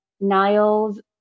Niles